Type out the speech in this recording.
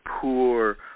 poor